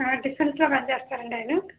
ఆ డిఫెన్స్ లో వర్క్ చేస్తారండి ఆయన